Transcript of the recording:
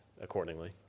accordingly